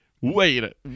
Wait